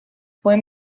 fue